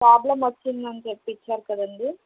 problem వచ్చింది అని చెప్పి ఇచ్చారు కదండి